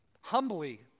humbly